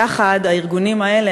יחד הארגונים האלה,